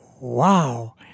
wow